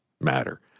matter